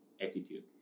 attitude